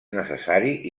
necessari